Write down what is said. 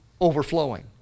overflowing